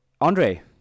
Andre